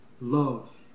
love